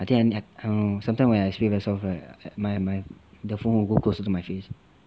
I think I need err sometimes when I speak very soft right my my the phone will go closer to my face